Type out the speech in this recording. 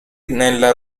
nella